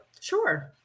Sure